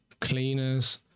cleaners